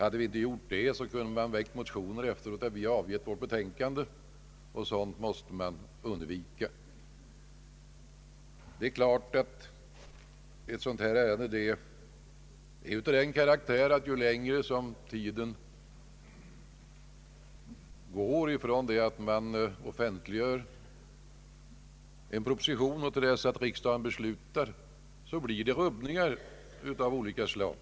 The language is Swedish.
Motioner rörande dessa frågor kunde annars ha väckts efter det att vi avgett vårt betänkande, och sådant måste undvikas. Det är klart att ett sådant här ärende är av den karaktären att ju längre tid som går från det propositionen offentliggörs till dess riksdagen fattar sitt beslut desto större blir risken för att det uppstår rubbningar av olika slag.